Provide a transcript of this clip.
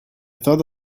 thought